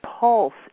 Pulse